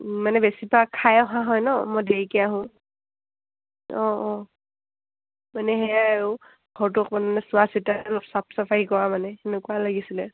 মানে বেছিভাগ খাই অহা হয় ন মই দেৰিকৈ আহোঁ অঁ অঁ মানে সেয়াই আৰু ঘৰটো অকণমান মানে চোৱা চিটা অলপ চাফ চাফায় কৰা মানে সেনেকুৱা লাগিছিলে